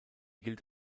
gilt